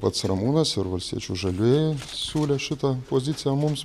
pats ramūnas ir valstiečių žalieji siūlė šitą poziciją mums